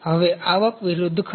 હવે આવક વિરુદ્ધ ખર્ચ